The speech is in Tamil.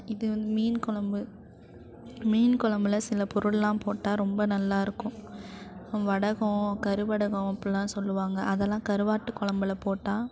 இது வந்து மீன் கொழம்பு மீன் கொழம்புல சில பொருளெலாம் போட்டால் ரொம்ப நல்லா இருக்கும் வடகம் கருவடகம் அப்பிடிலாம் சொல்லுவாங்க அதெல்லாம் கருவாட்டுக் கொழம்புல போட்டால்